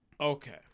Okay